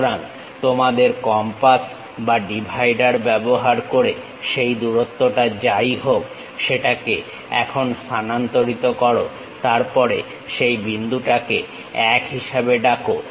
সুতরাং তোমাদের কম্পাস বা ডিভাইডার ব্যবহার করে সেই দূরত্বটা যাই হোক সেটাকে এখানে স্থানান্তরিত করো তারপরে সেই বিন্দুটাকে 1 হিসাবে ডাকবো